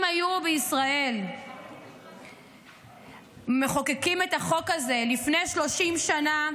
אם היו בישראל מחוקקים את החוק הזה לפני 30 שנה,